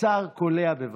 קצר וקולע, בבקשה.